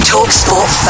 TalkSport